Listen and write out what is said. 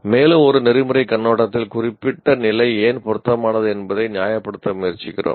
மேலும் ஒரு நெறிமுறை கண்ணோட்டத்தில் குறிப்பிட்ட நிலை ஏன் பொருத்தமானது என்பதை நியாயப்படுத்த முயற்சிக்கிறோம்